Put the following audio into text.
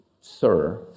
sir